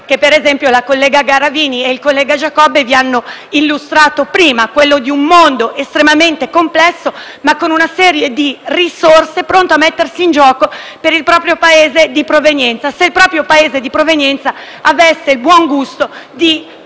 che, ad esempio, la collega Garavini e il collega Giacobbe vi hanno illustrato prima, ossia di un mondo estremamente complesso ma con molte risorse, pronto a mettersi in gioco per il proprio Paese di provenienza (se il proprio Paese di provenienza avesse il buon gusto di